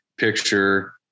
picture